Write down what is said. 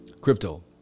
Crypto